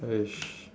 !hais!